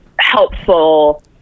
helpful